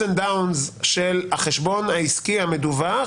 והירידות של החשבון העסקי המדווח